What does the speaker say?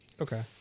Okay